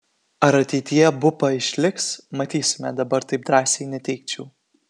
ar ateityje bupa išliks matysime dabar taip drąsiai neteigčiau